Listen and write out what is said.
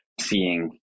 seeing